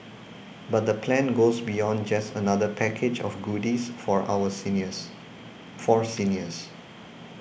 but the plan goes beyond just another package of goodies for our seniors for seniors